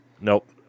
Nope